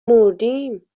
مردیم